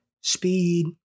Speed